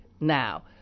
now